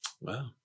Wow